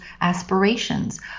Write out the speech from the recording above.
aspirations